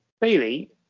bailey